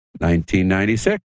1996